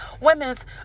women's